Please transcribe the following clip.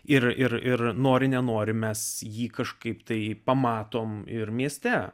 ir ir ir nori nenori mes jį kažkaip tai pamatome ir mieste